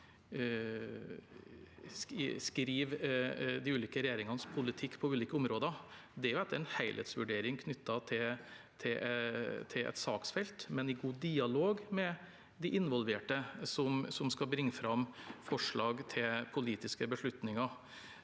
skriver de ulike regjeringenes politikk på ulike områder. Det er etter en helhetsvurdering knyttet til et saksfelt, men i god dialog med de involverte, at en skal bringe fram forslag til politiske beslutninger.